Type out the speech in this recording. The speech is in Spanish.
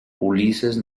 ulises